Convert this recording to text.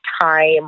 time